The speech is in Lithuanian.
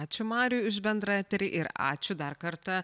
ačiū mariui už bendrą eterį ir ačiū dar kartą